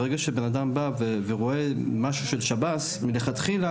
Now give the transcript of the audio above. ברגע שבן אדם בא ורואה משהו של שב"ס מלכתחילה,